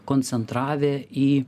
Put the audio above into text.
koncentravę į